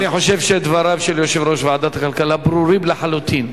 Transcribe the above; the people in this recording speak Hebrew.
אני חושב שדבריו של יושב-ראש ועדת הכלכלה ברורים לחלוטין.